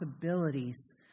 possibilities